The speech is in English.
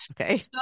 okay